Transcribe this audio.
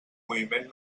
moviment